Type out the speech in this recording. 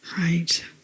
Right